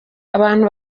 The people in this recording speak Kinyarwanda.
abantu